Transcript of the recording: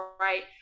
right